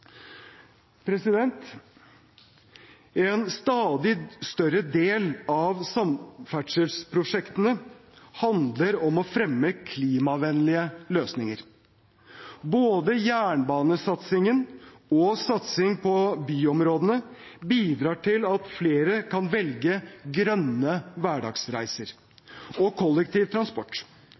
En stadig større del av samferdselsprosjektene handler om å fremme klimavennlige løsninger. Både jernbanesatsingen og satsing på byområdene bidrar til at flere kan velge grønne hverdagsreiser og